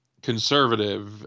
Conservative